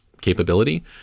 capability